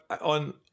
on